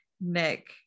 Nick